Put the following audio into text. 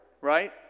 right